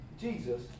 Jesus